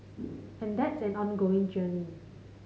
and that's an ongoing journey